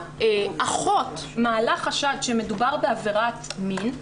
האחות מעלה חשד שמדובר בעבירת מין,